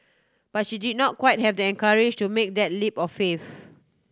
but she did not quite have the courage to make that leap of faith